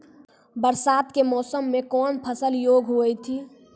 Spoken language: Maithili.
बरसात के मौसम मे कौन फसल योग्य हुई थी?